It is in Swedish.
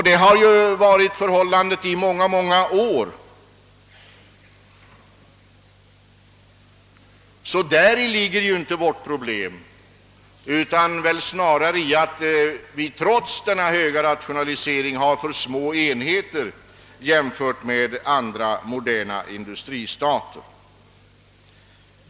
Så har det varit i många år, och vårt problem ligger således snarare däri att vi trots den höga rationaliseringen har för små enheter inom vårt näringsliv jämfört med andra moderna industristater.